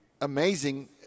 amazing